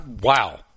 wow